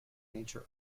nature